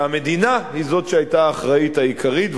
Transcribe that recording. והמדינה היא שהיתה האחראית העיקרית,